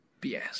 BS